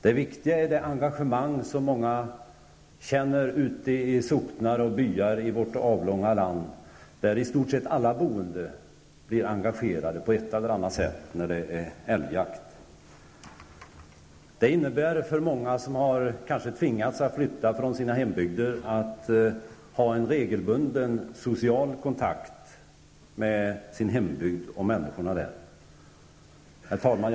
Det viktiga är det engagemang som många i socknar och byar i vårt avlånga land känner och där i stort sett alla boende blir involverade på ett eller annat sätt när det är älgjakt. För många som kanske tvingats att flytta från sina hembygder innebär detta en regelbunden social kontakt med sin hembygd och människorna där. Herr talman!